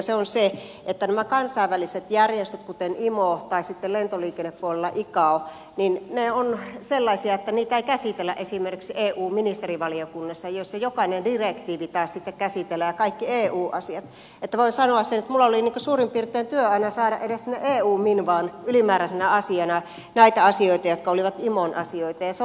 se on se että nämä kansainväliset järjestöt kuten imo ja lentoliikennepuolella icao ovat sellaisia että niitä ei käsitellä esimerkiksi eu ministerivaliokunnassa jossa jokainen direktiivi taas sitten käsitellään ja kaikki eu asiat joten voin sanoa sen että minulla oli suurin piirtein työ aina saada edes sinne eu minvaan ylimääräisenä asiana näitä asioita jotka olivat imon asioita